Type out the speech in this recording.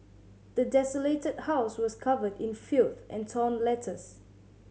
the desolated house was covered in filth and torn letters